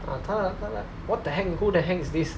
ah 她的她的 what the heck who the heck is this